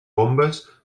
bombes